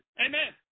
Amen